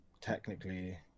technically